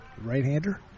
Right-hander